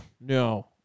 No